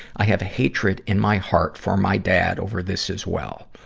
i have hatred in my heart for my dad over this as well.